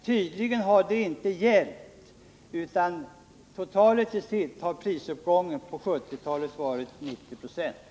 Tydligen har det dock inte hjälpt, utan den totala prisuppgången under 1970-talet har varit 90 96.